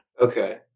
Okay